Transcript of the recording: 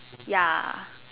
ya